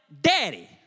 daddy